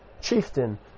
chieftain